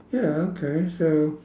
ya okay so